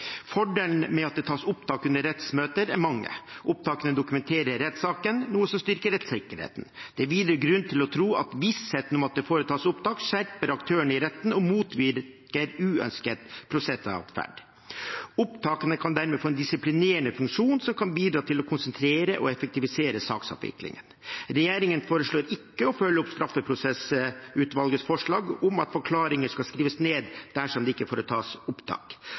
Fordelen med å ta opptak under rettsmøter er mange. Opptakene dokumenterer rettssaken, noe som styrker rettssikkerheten. Det er videre grunn til å tro at vissheten om at det foretas opptak, skjerper aktørene i retten og motvirker uønsket prosessatferd. Opptakene kan dermed få en disiplinerende funksjon som kan bidra til å konsentrere og effektivisere saksavviklingen. Regjeringen foreslår å ikke følge opp straffeprosessutvalgets forslag om at forklaringer skal skrives ned dersom det ikke foretas opptak.